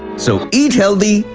so eat healthy,